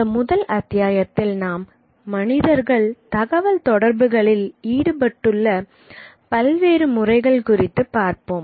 இந்த முதல் அத்தியாயத்தில் நாம் மனிதர்கள் தகவல் தொடர்புகளில் ஈடுபட்டுள்ள பல்வேறு முறைகள் குறித்து பார்ப்போம்